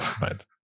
Right